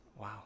Wow